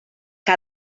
que